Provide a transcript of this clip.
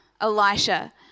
Elisha